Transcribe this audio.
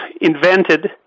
invented